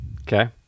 Okay